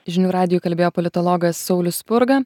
žinių radijui kalbėjo politologas saulius spurga